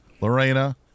Lorena